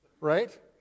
right